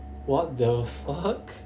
what the fuck